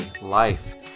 life